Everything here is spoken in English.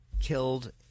killed